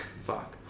Fuck